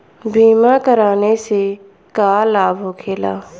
बीमा कराने से का लाभ होखेला?